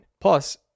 Plus